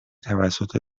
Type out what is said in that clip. توسط